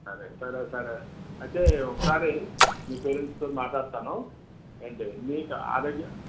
సరే సరే సరే అయితే ఒకసారి మీ పేరెంట్స్ తో మాట్లాడతాను ఏంటి మీకు ఆరోగ్యం